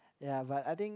ya but I think